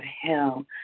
hell